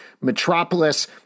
Metropolis